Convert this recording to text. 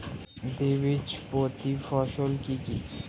দ্বিবীজপত্রী ফসল কি কি?